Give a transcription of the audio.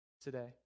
today